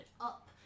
up